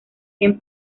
gen